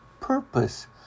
purpose